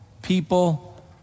people